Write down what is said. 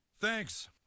Thanks